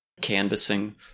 canvassing